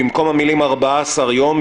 במקום המילים: "14 ימים",